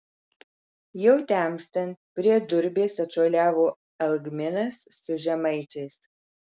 jau temstant prie durbės atšuoliavo algminas su žemaičiais